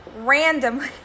randomly